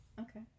Okay